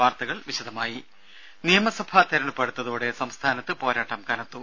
വാർത്തകൾ വിശദമായി നിയമസഭാ തെരഞ്ഞെടുപ്പ് അടുത്തോടെ സംസ്ഥാനത്ത് പോരാട്ടം കനത്തു